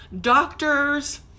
doctors